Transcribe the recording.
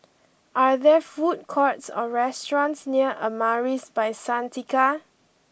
are there food courts or restaurants near Amaris by Santika